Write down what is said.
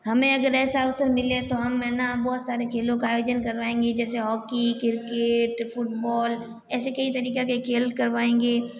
हमें अगर ऐसा अवसर मिले तो हम है ना बहुत सारे खेलों का आयोजन करवांगे जैसे हॉकी किर्केट फुटबॉल ऐसे कई तरीके के खेल करवाएंगे